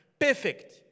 Perfect